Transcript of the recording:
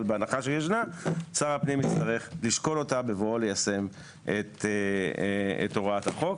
אבל בהנחה שישנה שר הפנים יצטרך לשקול אותה בבואו ליישם את הוראת החוק.